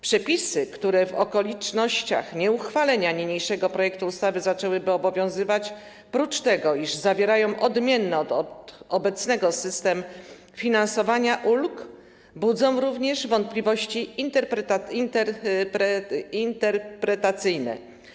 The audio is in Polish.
Przepisy, które w okolicznościach nieuchwalenia niniejszego projektu ustawy zaczęłyby obowiązywać, prócz tego, iż zawierają odmienny od obecnego system finansowania ulg, budzą również wątpliwości interpretacyjne.